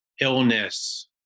illness